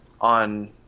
on